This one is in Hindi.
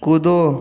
कूदो